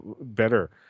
better